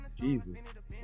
Jesus